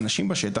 אנשים בשטח.